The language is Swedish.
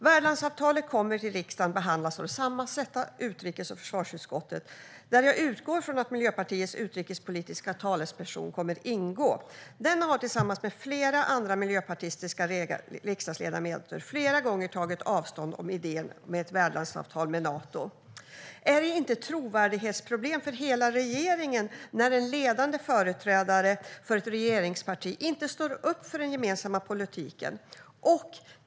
Värdlandsavtalet kommer i riksdagen att behandlas av det sammansatta utrikes och försvarsutskottet, där jag utgår från att Miljöpartiets utrikespolitiska talesperson kommer att ingå. Denne har tillsammans med flera andra miljöpartistiska riksdagsledamöter flera gånger tagit avstånd från idén om ett värdlandsavtal med Nato. Är det inte ett trovärdighetsproblem för hela regeringen när en ledande företrädare för ett regeringsparti inte står upp för den gemensamma politiken?